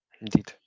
indeed